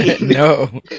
No